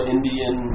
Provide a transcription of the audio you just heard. Indian